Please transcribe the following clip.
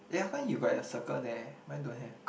eh how come you got your circle there mine don't have